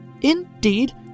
Indeed